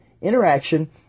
interaction